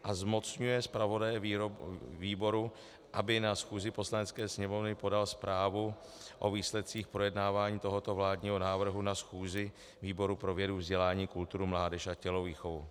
III. zmocňuje zpravodaje výboru, aby na schůzi Poslanecké sněmovny podal zprávu o výsledcích projednávání tohoto vládního návrhu na schůzi výboru pro vědu, vzdělání, kulturu, mládež a tělovýchovu.